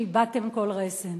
שאיבדתם כל רסן.